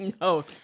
No